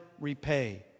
repay